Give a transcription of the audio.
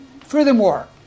furthermore